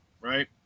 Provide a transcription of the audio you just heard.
right